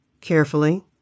carefully